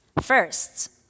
First